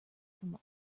from